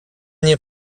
nie